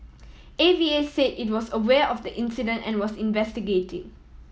A V A said it was aware of the incident and was investigating